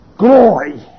Glory